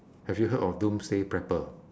have you heard of doomsday pepper